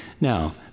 Now